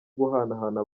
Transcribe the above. guhanahana